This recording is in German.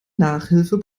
nachhilfe